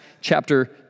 chapter